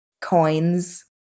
coins